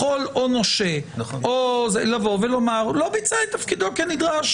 נושה יכול לבוא ולומר שהוא לא ביצע את תפקידו כנדרש,